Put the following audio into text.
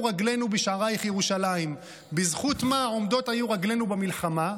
רגלינו בשעריִך ירושלם" בזכות מה עומדות היו רגלינו במלחמה?